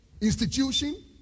institution